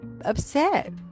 upset